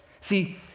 See